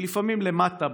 כי לפעמים למטה,